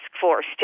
force